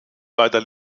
weiter